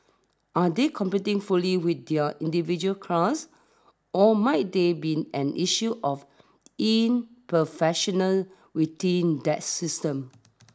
are they competing fully within their individual class or might that be an issue of imperfection within that system